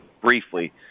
briefly